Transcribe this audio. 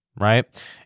Right